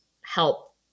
help